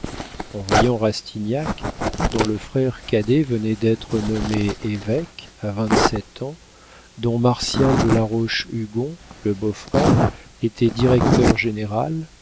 en voyant rastignac dont le frère cadet venait d'être nommé évêque à vingt-sept ans dont martial de roche-hugon le beau-frère était directeur-général